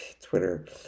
Twitter